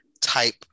type